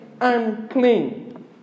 unclean